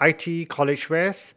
I T E College West